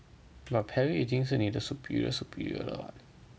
but Perry 已经是你的 superior superior 了 [what]